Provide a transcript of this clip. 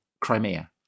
Crimea